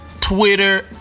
Twitter